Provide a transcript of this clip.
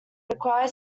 require